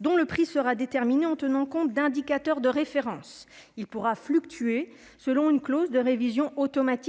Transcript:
Le prix sera déterminé en tenant compte d'indicateurs de référence et pourra fluctuer selon une clause de révision automatique.